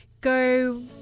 Go